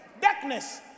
Darkness